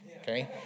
okay